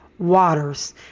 Waters